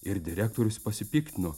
ir direktorius pasipiktino